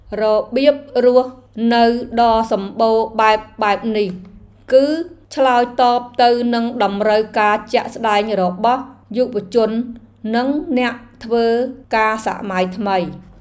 របៀបរស់នៅដ៏សម្បូរបែបបែបនេះ គឺឆ្លើយតបទៅនឹងតម្រូវការជាក់ស្តែងរបស់យុវជននិងអ្នកធ្វើការសម័យថ្មី។